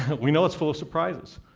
we know it's full of surprises,